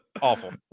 awful